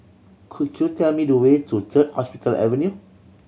could you tell me the way to Third Hospital Avenue